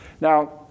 Now